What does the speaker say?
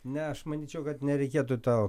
ne aš manyčiau kad nereikėtų tau